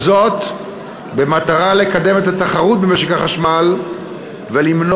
וזאת במטרה לקדם את התחרות במשק החשמל ולמנוע